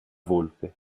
volpe